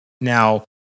Now